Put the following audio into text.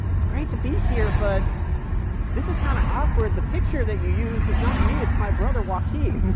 it's great to be here. but this is kind of awkward. the picture that you used is not me. it's my brother, joaquin